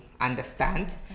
understand